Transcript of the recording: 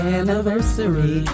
anniversary